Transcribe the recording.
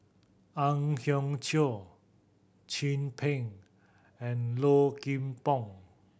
Ang Hiong Chiok Chin Peng and Low Kim Pong